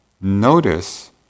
notice